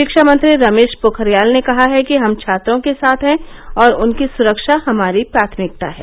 शिक्षामंत्री रमेश पोखरियाल ने कहा है कि हम छात्रों के साथ है और उनकी स्रक्षा हमारी प्राथमिकता है